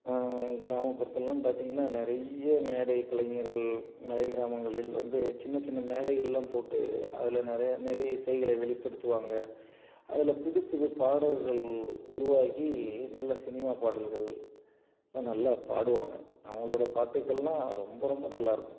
கிராமப்புறத்தில்லாம் பார்த்திங்கன்னா நிறைய மேடை கலைஞர்கள் மலை கிராமங்களில் வந்து சின்ன சின்ன மேடைகள்லாம் போட்டு அதில் நிறைய நிறைய இசைகளை வெளிப்படுத்துவாங்க அதில் புது புது பாடகர்கள் உருவாகி நல்ல சினிமா பாடல்கள் ஆனால் நல்லா பாடுவாங்க அவங்களோட பாட்டுகள்லாம் ரொம்ப ரொம்ப நல்லாயிருக்கும்